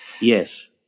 Yes